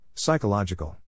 Psychological